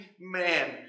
man